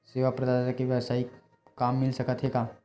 सेवा प्रदाता के वेवसायिक काम मिल सकत हे का?